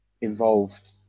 involved